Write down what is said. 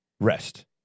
Rest